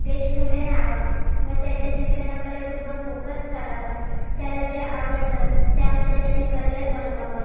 देश पुढे न्यावा व त्याच्या शिक्षणाकडे पूर्ण फोकस करावा त्याला जे आवडतं त्यामध्ये त्यानी करियर बनवावं